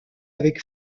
avec